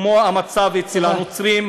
כמו המצב אצל הנוצרים,